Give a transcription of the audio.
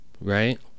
right